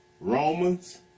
Romans